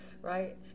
right